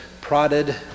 prodded